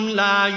la